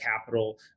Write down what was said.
capital